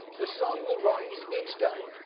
the sun will rise each day,